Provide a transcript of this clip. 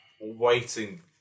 waiting